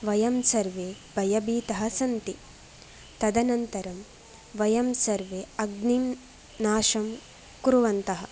वयं सर्वे भयभीतः सन्ति तदनन्तरं वयं सर्वे अग्निं नाशं कुर्वन्तः